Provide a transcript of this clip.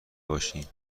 باشیم